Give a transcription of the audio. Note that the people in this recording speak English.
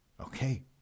okay